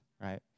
right